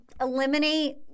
eliminate